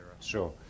Sure